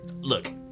look